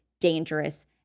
dangerous